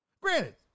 Granted